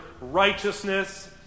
righteousness